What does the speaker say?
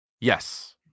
Yes